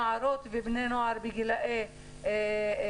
נערות ובני נוער בגילאי ה-20,